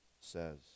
says